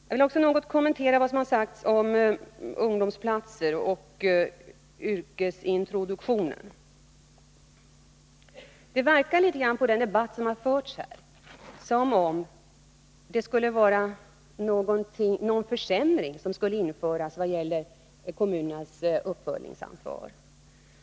Jag vill också något kommentera vad som har sagts om ungdomsplatser och yrkesintroduktion. Den debatt som har förts här kan ge ett intryck av att det skulle vara någon försämring som skulle införas i vad gäller kommunernas uppföljningsansvar.